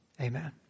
Amen